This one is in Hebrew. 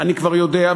ואני כבר יודע,